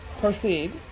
Proceed